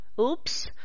Oops